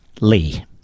Lee